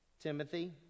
Timothy